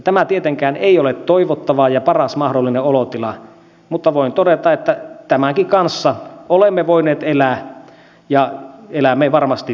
tämä ei tietenkään ole toivottavaa ja paras mahdollinen olotila mutta voin todeta että tämänkin kanssa olemme voineet elää ja elämme varmasti tulevaisuudessakin